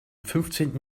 fünfzehnten